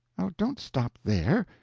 oh, don't stop there!